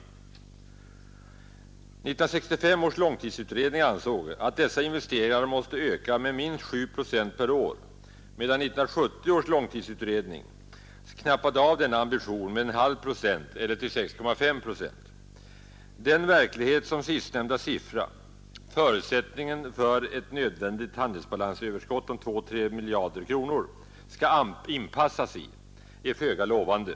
1965 års långtidsutredning ansåg att dessa investeringar måste öka med minst 7 procent per år medan 1970 års långtidsutredning minskade ned denna ambition med en halv procent eller till 6,5 procent. Den verklighet som sistnämnda siffra — förutsättningen för ett nödvändigt handelsbalansöverskott om 2—3 miljarder kronor — skall inpassas i är föga lovande.